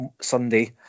Sunday